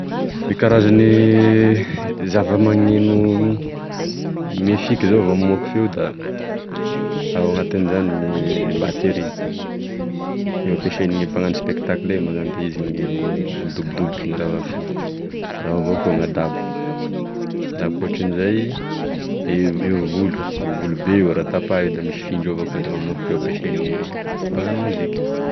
E karazagne zavamaneno mefiky zao vao mamoky feo da ao anatin'zany gne batery io ampesain'ny mpanano spectacle io moa zany da izy midobodoboky raha mefiny da ao avao koa gn'adabo, da ankoatran'izay de e volo e volo be io raha tapahy io da misy findro avao koa da mamoky feo ampiasan'ny mpanano moziky.